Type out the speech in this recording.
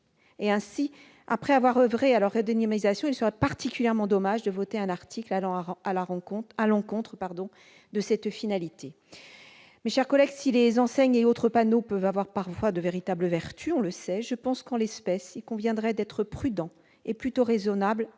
Ainsi, après avoir oeuvré à leur redynamisation, il serait particulièrement dommage de voter un article allant à l'encontre de cette finalité. Mes chers collègues, si les enseignes et autres panneaux peuvent, on le sait, avoir parfois de véritables vertus, je pense qu'en l'espèce il conviendrait d'être prudents et plutôt raisonnables en